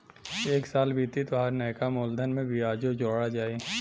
एक साल बीती तोहार नैका मूलधन में बियाजो जोड़ा जाई